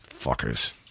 Fuckers